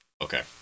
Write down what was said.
okay